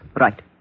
Right